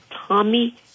Tommy